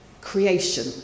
creation